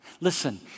Listen